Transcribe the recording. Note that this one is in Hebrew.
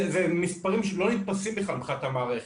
זה מספרים שלא נתפסים בכלל מבחינת המערכת.